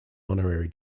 honorary